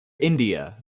india